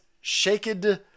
shaken